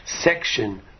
section